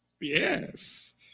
Yes